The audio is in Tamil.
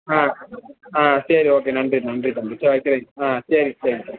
ஆ ஆ சரி ஓகே நன்றி நன்றி தம்பி சரி சரி ஆ சரி சரி தம்பி